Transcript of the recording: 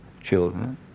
children